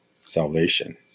salvation